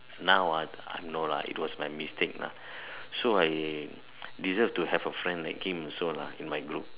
now ah no lah it was my mistakes lah so I deserve to have a friend like him lah in my group